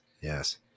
Yes